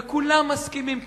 וכולם מסכימים,